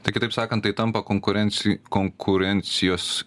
tai kitaip sakant tai tampa konkurenci konkurencijos